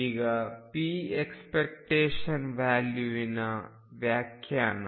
ಈಗ p expectation ವ್ಯಾಲ್ಯೂವಿನ ವ್ಯಾಖ್ಯಾನ